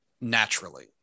naturally